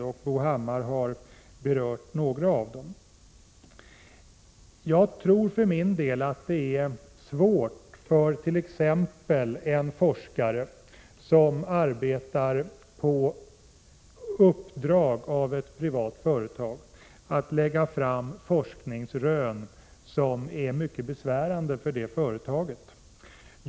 Bo Hammar har berört några av dem. Jag tror för min del att det är svårt för t.ex. en forskare som arbetar på uppdrag av ett privat företag att lägga fram forskningsrön som är mycket besvärande för det företaget.